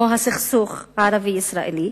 או הסכסוך הערבי-ישראלי,